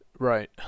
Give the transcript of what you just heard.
Right